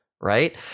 Right